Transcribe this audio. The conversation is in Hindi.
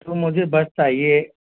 तो मुझे बस चाहिए